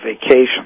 vacation